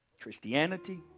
Christianity